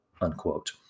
unquote